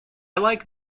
like